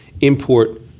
import